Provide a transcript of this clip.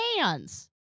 hands